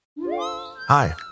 Hi